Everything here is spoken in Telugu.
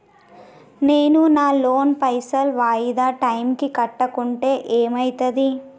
నేను నా లోన్ పైసల్ వాయిదా టైం కి కట్టకుంటే ఏమైతది?